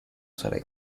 sarei